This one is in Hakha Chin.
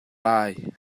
lai